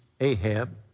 Ahab